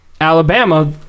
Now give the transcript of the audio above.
Alabama